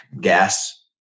gas